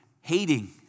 hating